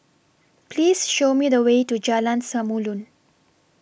Please Show Me The Way to Jalan Samulun